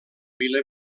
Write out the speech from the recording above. vila